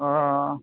ᱚᱸᱻ